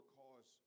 cause